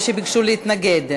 אלה שביקשו להתנגד,